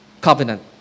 covenant